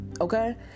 Okay